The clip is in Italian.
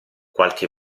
qualche